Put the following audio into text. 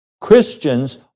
Christians